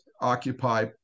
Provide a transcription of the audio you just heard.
occupy